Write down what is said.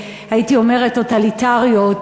הייתי אומרת טוטליטריות,